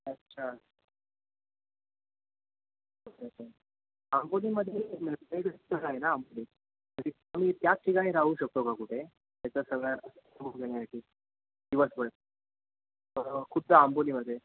अच्छा आंबोलीमध्ये स्थळ आहे ना आंबोलीत तर मी त्याच ठिकाणी राहू शकतो का कुठे त्याचा सगळ्या साठी दिवसभर खुद्द आंबोलीमध्ये